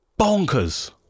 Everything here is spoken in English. bonkers